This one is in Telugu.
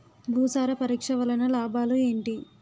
భూసార పరీక్ష వలన లాభాలు ఏంటి?